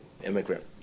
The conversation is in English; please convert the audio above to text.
immigrant